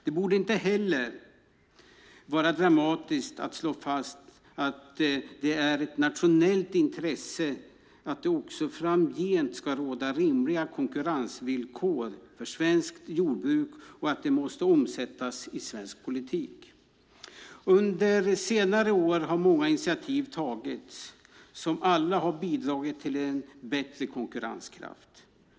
Det borde inte heller vara dramatiskt att slå fast att det är av nationellt intresse att det också framgent ska råda rimliga konkurrensvillkor för svenskt jordbruk och att det måste omsättas i svensk politik. Under senare år har många initiativ tagits som alla har bidragit till bättre konkurrenskraft.